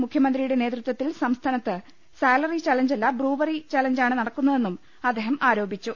മുഖ്യമന്ത്രിയുടെ നേതൃത്വത്തിൽ സംസ്ഥാനത്ത് സാലറി ചാലഞ്ചല്ല ബ്രൂവറി ചാലഞ്ചാണ് നടക്കുന്നതെന്നും അദ്ദേഹം ആരോപിച്ചു